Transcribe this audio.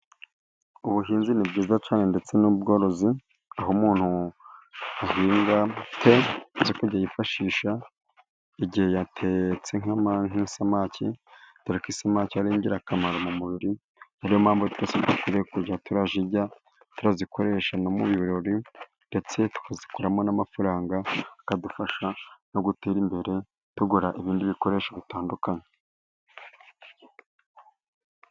Ubuhinzi ni bwiza cyane ndetse n'ubworozi, aho umuntu ahinga yifashisha igihe yatetse nk'isamaki dore ko isamake ari ingirakamaro mu mubiri ,ni yo mpamvu twese dukwiye kuzajya turazirya ,turazikoresha no mu birori, ndetse tukazikuramo n'amafaranga adufasha no gutera imbere, tugura ibindi bikoresho bitandukanye.